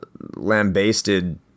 lambasted